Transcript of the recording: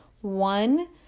one